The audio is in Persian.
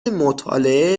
مطالعه